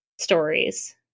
stories